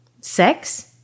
sex